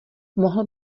mohl